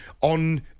on